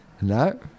No